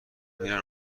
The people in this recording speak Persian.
میرن